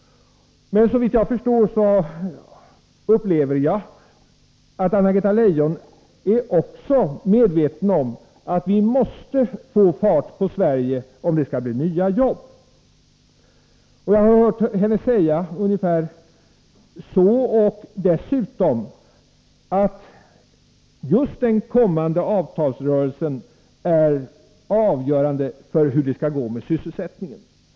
Men jag upplever också att Anna-Greta Leijon är medveten om att vi måste få fart på Sverige om det skall bli några nya jobb. Jag har hört henne säga ungefär detta och dessutom att den kommande avtalsrörelsen är avgörande för hur det skall gå med sysselsättningen.